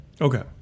okay